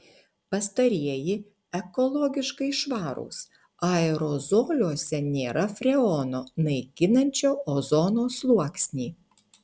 pastarieji ekologiškai švarūs aerozoliuose nėra freono naikinančio ozono sluoksnį